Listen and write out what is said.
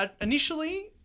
Initially